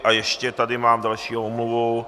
A ještě tady mám další omluvu.